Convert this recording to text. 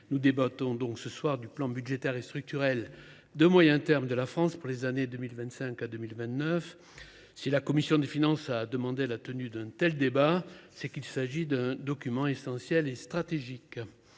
nous débattons ce soir du plan budgétaire et structurel à moyen terme de la France pour les années 2025 à 2029. Si la commission des finances a demandé la tenue d’un tel débat, c’est qu’il s’agit d’un document essentiel et stratégique.